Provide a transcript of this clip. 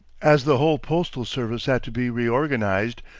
as the whole postal service had to be reorganized,